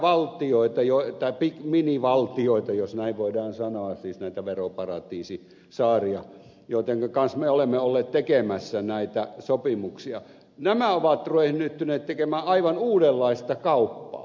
juuri nämä valtiot minivaltiot jos näin voidaan sanoa siis nämä veroparatiisisaaret joittenka kanssa me olemme olleet tekemässä näitä sopimuksia ovat ryhtyneet tekemään aivan uudenlaista kauppaa